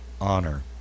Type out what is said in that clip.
honor